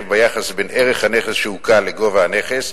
ביחס בין ערך הנכס שעוקל לגובה החוב,